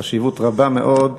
חשיבות רבה מאוד,